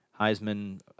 Heisman